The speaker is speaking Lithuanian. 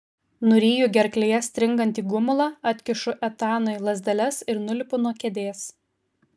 nuryju gerklėje stringantį gumulą atkišu etanui lazdeles ir nulipu nuo kėdės